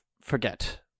forget